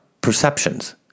perceptions